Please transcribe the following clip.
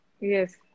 Yes